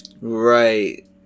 right